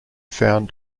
found